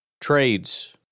Trades